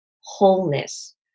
wholeness